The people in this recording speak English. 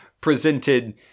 presented